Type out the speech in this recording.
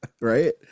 right